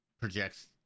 projects